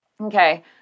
Okay